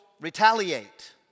retaliate